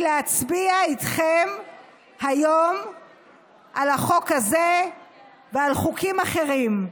בשביל להצביע איתכם היום על החוק הזה ועל חוקים אחרים.